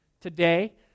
Today